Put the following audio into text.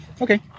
Okay